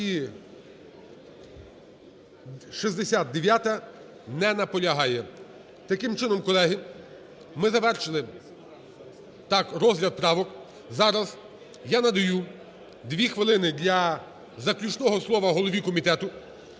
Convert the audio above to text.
69-а. Не наполягає. Таким чином, колеги, ми завершили розгляд правок. Зараз я надаю 2 хвилини для заключного слова голові комітету.